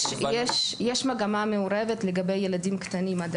מגמה מעורבת לגבי ילדים קטנים.